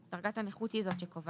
דרגת הנכות היא זו שקובעת,